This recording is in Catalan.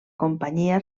companyia